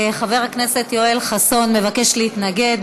חבר הכנסת יואל חסון מבקש להתנגד.